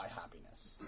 happiness